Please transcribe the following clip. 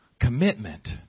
commitment